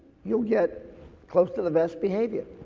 you'll get close to the best behavior.